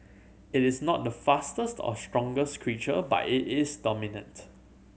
it is not the fastest or strongest creature but it is dominant